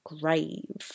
Grave